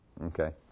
Okay